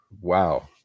wow